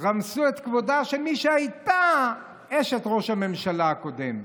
רמסו את כבודה של מי שהייתה אשת ראש הממשלה הקודם.